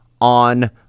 on